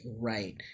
right